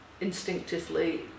instinctively